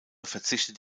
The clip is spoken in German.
verzichtet